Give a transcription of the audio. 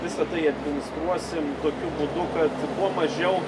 visa tai administruosim tokiu būdu kad kuo mažiau